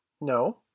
No